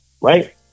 right